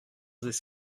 this